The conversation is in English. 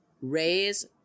raise